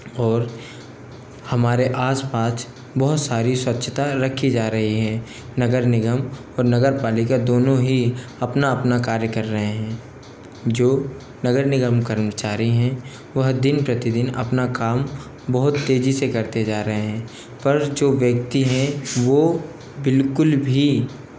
और हमारे आस पास बहुत सारी स्वच्छता रखी जा रही है नगर निगम और नगर पालिका दोनो ही अपना अपना कार्य कर रहे हैं जो नगर निगम कर्मचारी हैं वे दिन प्रतिदिन अपना काम बहुत तेज़ी से करते जा रहे हैं पर जो व्यक्ति हैं वो बिल्कुल भी